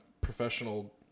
professional